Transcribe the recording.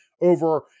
over